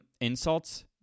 insults